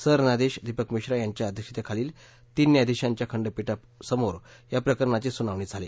सरन्यायाधिश दीपक मिश्रा यांच्या अध्यक्षतेखाली तीन न्यायाधिशांच्या खंडपिठासमोर या प्रकरणाची सुनावणी झाली